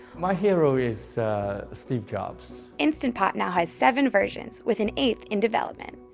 my hero is steve jobs. instant pot now has seven versions, with an eighth in development.